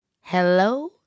Hello